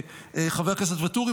חבר הכנסת ואטורי,